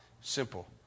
simple